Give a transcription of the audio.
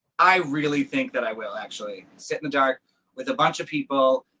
i really think that i will actually. sit in the dark with a bunch of people,